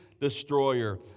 destroyer